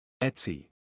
Etsy